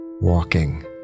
walking